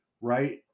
Right